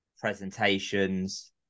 presentations